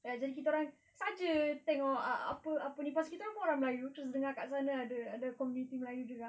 jadi kita orang saja tengok apa apa ni plus kita pun orang melayu terus dengar kat sana ada ada community melayu juga